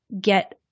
get